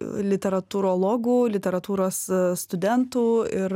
literatūrologų literatūros studentų ir